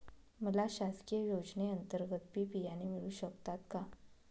मला शासकीय योजने अंतर्गत बी बियाणे मिळू शकतात का?